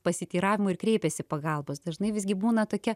pasiteiravimo ir kreipiasi pagalbos dažnai visgi būna tokia